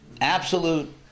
absolute